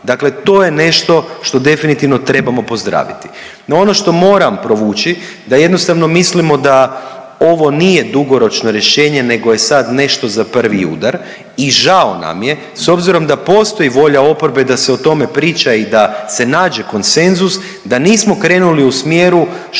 Dakle to je nešto što definitivno trebamo pozdraviti. No, ono što moram provući, da jednostavno mislimo da ovo nije dugoročno rješenje nego je sad nešto za prvi udar i žao nam je s obzirom da postoji volja oporbe da se o tome priča i da se nađe konsenzus, da nismo krenuli u smjeru što